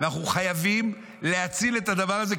אנחנו חייבים להציל את הדבר הזה,